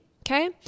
okay